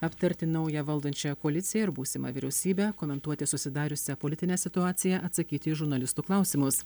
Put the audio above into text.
aptarti naują valdančiąją koaliciją ir būsimą vyriausybę komentuoti susidariusią politinę situaciją atsakyti į žurnalistų klausimus